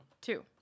Two